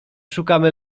szukamy